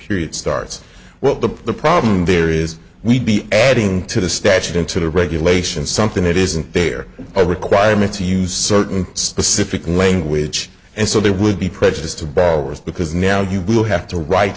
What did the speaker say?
period starts well the problem there is we'd be adding to the statute into the regulations something that isn't there a requirement to use certain specific language and so there would be prejudice to balderas because now you do have to write